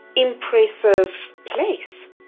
impressive place